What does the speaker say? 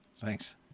Thanks